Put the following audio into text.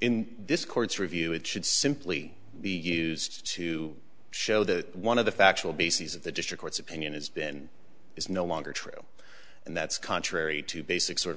in this court's review it should simply be used to show that one of the factual bases of the district's opinion has been is no longer true and that's contrary to basic sort of